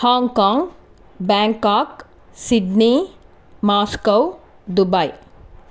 Hong Kong Bangkok Sydney Moscow Dubai